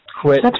Quit